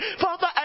Father